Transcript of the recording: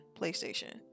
PlayStation